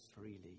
freely